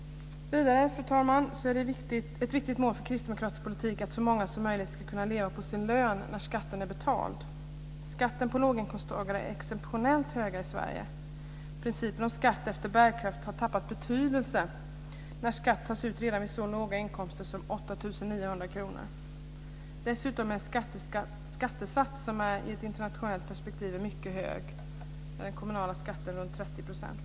Vidare är ett viktigt mål för kristdemokratisk politik att så många som möjligt ska kunna leva på sin lön när skatten är betald. Skatten på låginkomsttagare är exceptionellt hög i Sverige. Principen om skatt efter bärkraft har tappat betydelse när skatt tas ut redan vid så låga inkomster som 8 900 kr. Dessutom sker det med en skattesats som i ett internationellt perspektiv är mycket hög. Vi har ju kommunala skatter på ca 30 %.